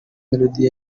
melodie